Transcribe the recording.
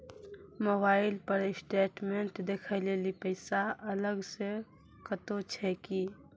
Mobile पर statement देखे लेली पैसा अलग से कतो छै की?